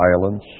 violence